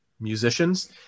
musicians